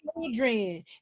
children